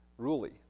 ruly